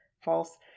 false